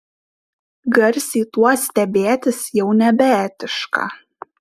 garsiai tuo stebėtis jau nebeetiška